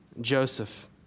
Joseph